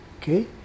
Okay